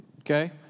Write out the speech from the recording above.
Okay